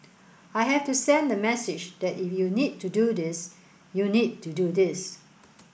I have to send the message that if you need to do this you need to do this